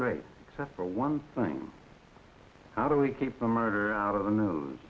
great except for one thing how do we keep the murder out of the